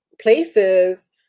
places